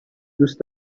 دوست